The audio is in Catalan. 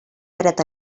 fred